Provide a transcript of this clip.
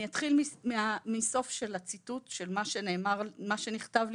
אני אתחיל מסוף של הציטוט של מה שנכתב לי